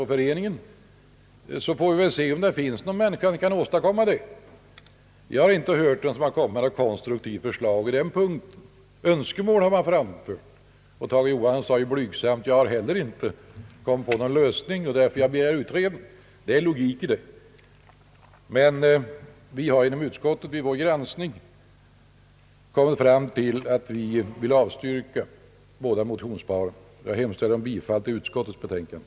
Jag har inte hört att någon kommit med konstruktiva förslag i den frågan. Tage Johansson hade ju heller inte kommit på någon sådan lösning utan därför begärt utredning. Det ligger logik i det. Men vi inom utskottet har efter granskning kommit fram till att vi vill avstyrka båda motionsparen. Jag yrkar bifall till utskottets betänkande.